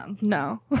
no